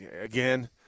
Again